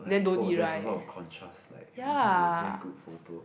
like oh there's a lot of contrast like and this is a very good photo